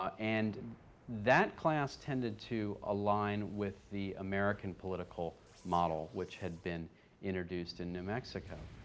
ah and that class tended to align with the american political model which had been introduced in new mexico.